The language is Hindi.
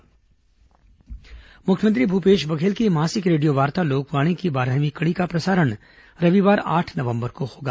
लोकवाणी मुख्यमंत्री भूपेश बघेल की मासिक रेडियोवार्ता लोकवाणी की बारहवीं कड़ी का प्रसारण रविवार आठ नवंबर को होगा